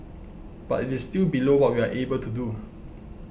but it is still below what we are able to do